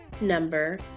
number